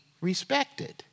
respected